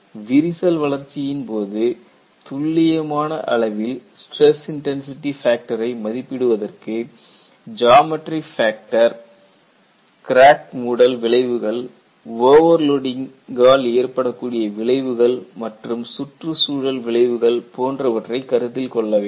விரிசல் வளர்ச்சியின் போது துல்லியமான அளவில் ஸ்டிரஸ் இன்டன்சிடி ஃபேக்டரை மதிப்பிடுவதற்கு ஜாமட்டரி ஃபேக்டர் கிராக் மூடல் விளைவுகள் ஓவர்லோடிங் கால் ஏற்படக்கூடிய விளைவுகள் மற்றும் சுற்றுச்சூழல் விளைவுகள் போன்றவற்றைக் கருத்தில் கொள்ள வேண்டும்